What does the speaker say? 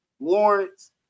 Lawrence